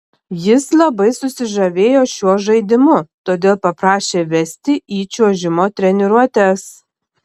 jis labai susižavėjo šiuo žaidimu todėl paprašė vesti į čiuožimo treniruotes